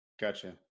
Gotcha